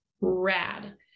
rad